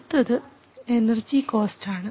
അടുത്തത് എനർജി കോസ്റ്റാണ്